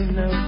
no